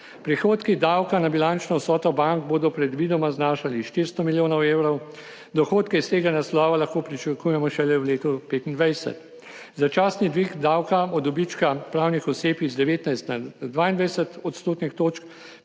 Prihodki davka na bilančno vsoto bank bodo predvidoma znašali 400 milijonov evrov. Dohodke iz tega naslova lahko pričakujemo šele v letu 2025. Začasni dvig davka od dobička pravnih oseb iz 19 na 22 odstotnih točk